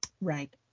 Right